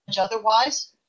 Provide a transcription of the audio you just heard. otherwise